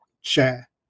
share